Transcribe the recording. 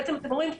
בעצם אתם אומרים,